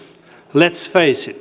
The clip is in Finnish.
let s face it